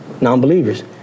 non-believers